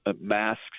masks